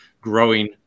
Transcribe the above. growing